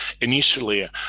Initially